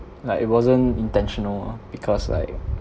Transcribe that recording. like it wasn't intentional ah because like